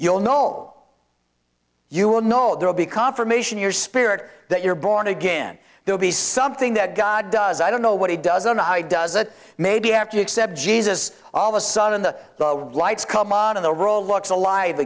you'll know you will know there will be confirmation your spirit that you're born again they'll be something that god does i don't know what he doesn't know how does it maybe after you accept jesus all of a sudden the lights come on in the rowlocks alive